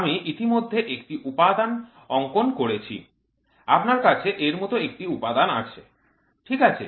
আমি ইতিমধ্যে একটি উপাদান অঙ্কন করেছি আপনার কাছে এর মতো একটি উপাদান আছে ঠিক আছে